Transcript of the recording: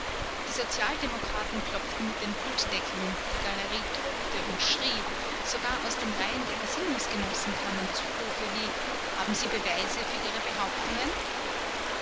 die sozialdemokraten klopften mit den pultdeckeln die galerie tobte und schrie sogar aus den reihen der gesinnungsgenossen kamen zurufe wie haben sie beweise für ihre behauptungen